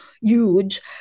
huge